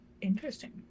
Interesting